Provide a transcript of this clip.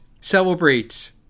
celebrates